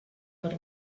per